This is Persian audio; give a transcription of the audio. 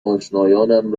آشنایانم